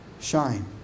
shine